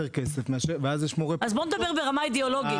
כסף ,ואז יש מורה פרטי --- אז בוא נדבר ברמה אידיאולוגית.